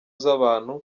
z’abantu